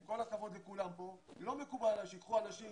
עם כל הכבוד לכולם פה, לא מקובל עליי שייקחו אנשים